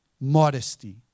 modesty